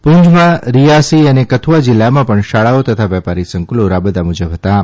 પૂંચમાં રીયાસી અને કથુઆ જિલ્લામાં પણ શાળાઓ તથા વેપારી સંકુલો રાબેતા મુજબ હતાં